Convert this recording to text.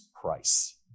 price